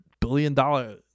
billion-dollar